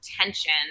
tension